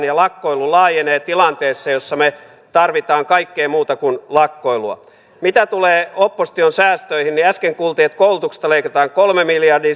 ja lakkoilu laajenee tilanteessa jossa me tarvitsemme kaikkea muuta kuin lakkoilua mitä tulee opposition säästöihin niin äsken kuulimme että koulutuksesta leikataan kolme miljardia